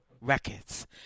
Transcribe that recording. Records